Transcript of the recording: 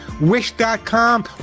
Wish.com